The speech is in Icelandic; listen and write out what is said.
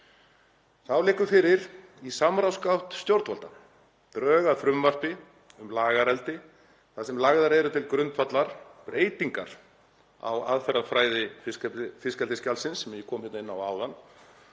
Þá liggja fyrir í samráðsgátt stjórnvalda drög að frumvarpi um lagareldi þar sem lagðar eru til grundvallar breytingar á aðferðafræði fiskeldisgjaldsins, sem ég kom hérna inn á áðan,